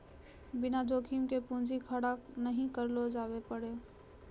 बिना जोखिम के पूंजी खड़ा नहि करलो जावै पारै